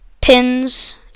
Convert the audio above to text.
pins